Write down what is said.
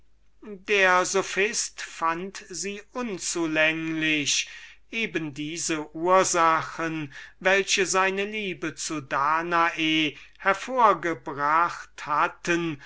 der sophist fand sie unzulänglich eben diese ursachen welche seine liebe zu danae hervorgebracht hatten